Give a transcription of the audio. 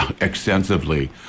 extensively